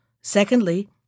Secondly